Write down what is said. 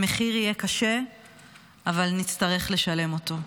המחיר יהיה קשה אבל נצטרך לשלם אותו.